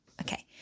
okay